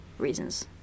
Reasons